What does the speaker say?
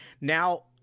now